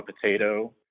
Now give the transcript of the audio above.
potato